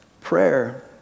Prayer